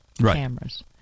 cameras